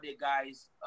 guys